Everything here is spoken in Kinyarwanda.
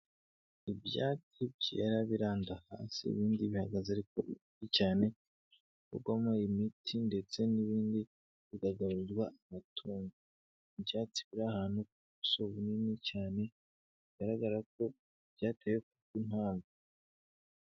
Ibyatsi byera biranda hasi, ibindi bihagaze ariko bibi cyane, bivugwamo imiti ndetse n'ibindi bikagaburirwa amatungo, ibyatsi biri ahantu si bunini cyane, bigaragara ko byatewe kubw'impamvu.